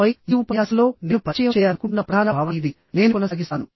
ఆపై ఈ ఉపన్యాసంలో నేను పరిచయం చేయాలనుకుంటున్న ప్రధాన భావన ఇది నేను కొనసాగిస్తాను